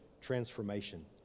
transformation